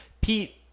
Pete